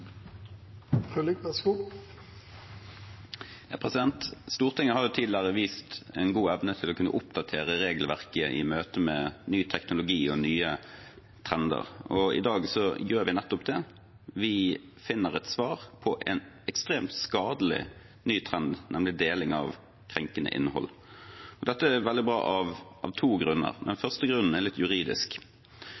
Stortinget har tidligere vist god evne til å kunne oppdatere regelverket i møte med ny teknologi og nye trender. I dag gjør vi nettopp det, vi finner et svar på en ekstremt skadelig ny trend, nemlig deling av krenkende innhold. Dette er veldig bra av to grunner.